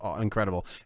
incredible